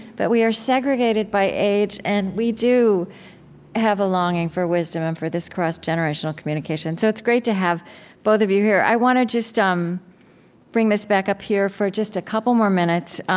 but we are segregated by age, and we do have a longing for wisdom and for this cross-generational communication. so it's great to have both of you here. i want to just um bring this back up here for just a couple more minutes